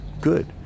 good